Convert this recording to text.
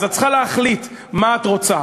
אז את צריכה להחליט מה את רוצה.